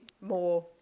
more